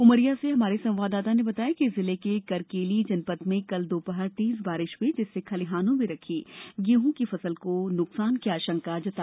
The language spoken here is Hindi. उमरिया से हमारे संवाददाता ने बताया है कि जिले के करकेली जनपद में कल दोपहर तेज बारिश हुई जिससे खलिहानों में रखी गेहूं की फसल को नुकसान की आशंका जताई जा रही है